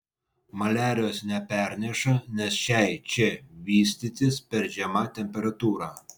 maliarijos neperneša nes šiai čia vystytis per žema temperatūra